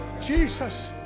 Jesus